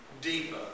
deeper